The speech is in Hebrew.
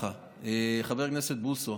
חבר הכנסת בוסו,